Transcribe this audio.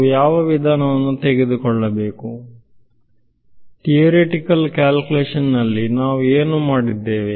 ನಾವು ಯಾವ ವಿಧಾನವನ್ನು ತೆಗೆದುಕೊಳ್ಳಬೇಕು ಥಿಯರೆಟಿಕಲ್ ಕ್ಯಾಲ್ಕುಲೇಷನ್ ನಲ್ಲಿ ನಾವು ಏನು ಮಾಡಿದ್ದೇವೆ